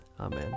Amen